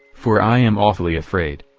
for i am awfully afraid.